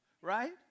right